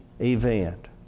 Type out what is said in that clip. event